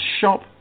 shop